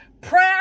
prayer